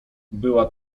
była